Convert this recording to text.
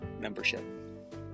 membership